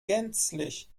gänzlich